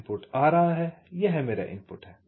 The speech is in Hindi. इनपुट आ रहा है यह मेरा इनपुट है